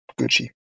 Gucci